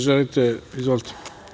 Jelice, izvolite.